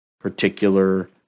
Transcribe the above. particular